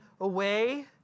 away